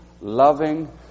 loving